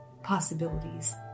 Possibilities